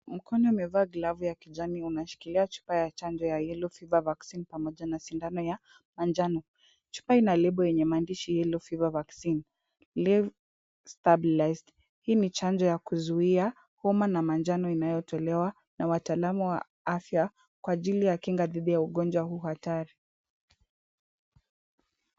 Mkono umevaa glavu ya kijani ya unashikiia chupa ya chanjo ya yellow fever vaccine pamoja na sindano ya manjano. Chupa ina lebo yenye maandishi yellow fever vaccine live stabilized . Hii ni chanjo ya kuzuia homa ya manjano inayotolewa na wataalamu wa afya kwa ajili ya kinga dhidi ya ugonjwa au hatari.